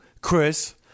Chris